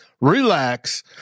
relax